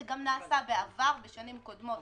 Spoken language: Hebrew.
וזה גם נעשה בעבר, בשנים קודמות.